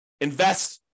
invest